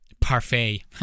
parfait